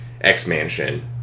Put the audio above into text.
X-Mansion